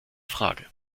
frage